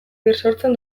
bisortzen